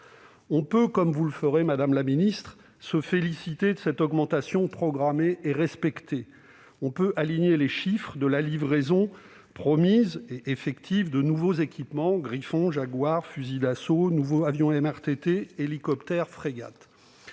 On peut, comme vous le ferez, madame la ministre, se féliciter de cette augmentation programmée et respectée. On peut aligner les chiffres de la livraison promise et effective de nouveaux équipements : Griffon, Jaguar, fusils d'assaut, nouveaux avions MRTT (), hélicoptères, frégates